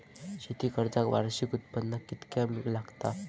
शेती कर्जाक वार्षिक उत्पन्न कितक्या लागता?